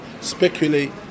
speculate